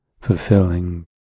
fulfilling